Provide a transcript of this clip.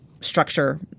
structure